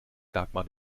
dagmar